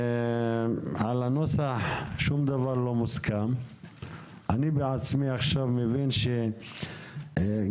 שום דבר לא מוסכם על הנוסח.